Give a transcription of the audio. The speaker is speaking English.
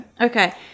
okay